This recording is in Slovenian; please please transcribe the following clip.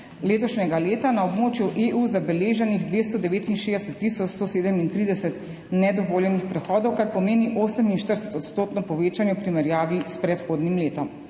letošnjega leta na območju EU zabeleženih 269 tisoč 137 nedovoljenih prehodov, kar pomeni 48-odstotno povečanje v primerjavi s predhodnim letom.